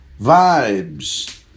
Vibes